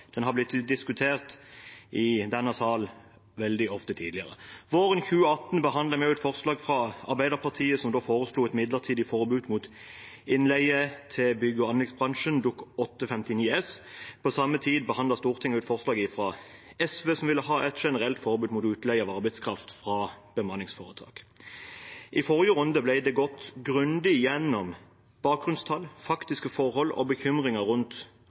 den har blitt diskutert i denne sal veldig ofte tidligere. Våren 2018 behandlet vi et forslag fra Arbeiderpartiet som foreslo et midlertidig forbud mot innleie til bygg- og anleggsbransjen, Dokument 8:59 S for 2017–2018. På samme tid behandlet Stortinget også et forslag fra SV, som ville ha et generelt forbud mot utleie av arbeidskraft fra bemanningsforetak. I forrige runde ble det gått grundig igjennom bakgrunnstall, faktiske forhold og bekymringer rundt